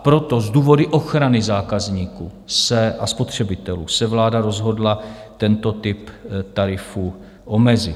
Proto z důvodu ochrany zákazníků a spotřebitelů se vláda rozhodla tento typ tarifu omezit.